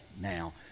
now